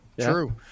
true